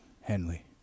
Henley